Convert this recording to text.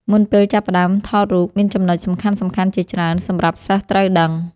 មុនពេលចាប់ផ្ដើមថតរូប មានចំណុចសំខាន់ៗជាច្រើនសម្រាប់សិស្សត្រូវដឹង។